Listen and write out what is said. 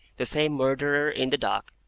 the same murderer in the dock,